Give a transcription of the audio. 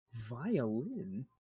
Violin